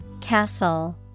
Castle